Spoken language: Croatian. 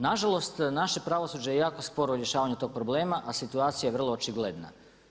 Nažalost, naše pravosuđe je jako sporo u rješavanju tog problema, a situacija je vrlo očigledna.